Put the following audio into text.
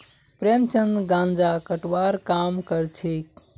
प्रेमचंद गांजा कटवार काम करछेक